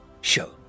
show